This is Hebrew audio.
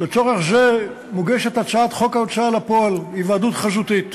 לצורך זה מוגשת הצעת חוק ההוצאה לפועל (היוועדות חזותית),